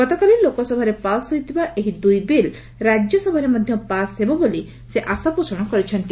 ଗତକାଲି ଲୋକସଭାରେ ପାସ୍ ହୋଇଥିବା ଏହି ଦୁଇବିଲ୍ ରାଜ୍ୟସଭାରେ ମଧ୍ୟ ପାସ୍ ହେବ ବୋଲି ସେ ଆଶାପୋଷଣ କରିଛନ୍ତି